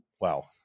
Wow